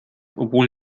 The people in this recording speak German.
obwohl